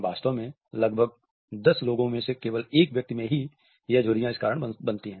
वास्तव में लगभग 10 लोगों में से केवल 1 व्यक्ति में ही यह झुर्रियां इस कारण बनती है